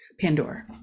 Pandora